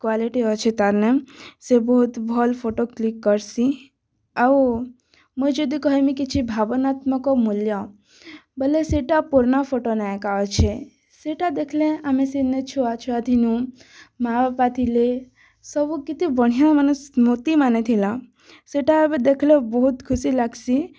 quality ଅଛେ ତା'ର୍ନେ ସେ ବହୁତ୍ ଭଲ୍ ଫୋଟୋ କ୍ଲିକ୍ କରୁଛେ ଆଉ ମୁଇଁ ଯଦି କହେମି କିଛି ଭାବନାତ୍ମକ୍ ମୂଲ୍ୟ ବେଲେ ସେଟା ପୁର୍ନା ଫୋଟୋନେ ଏକା ଅଛେ ସେଟା ଦେଖ୍ଲେ ଆମେ ସେନେ ଛୁଆ ଛୁଆ ଥିଲୁଁ ମାଆ ବାପା ଥିଲେ ସବୁ କେତେ ବଢ଼ିଆ ମାନେ ସ୍ମୃତିମାନେ ଥିଲା ସେଟା ଏଭେ ଦେଖ୍ଲେ ବହୁତ୍ ଖୁସି ଲାଗ୍ସି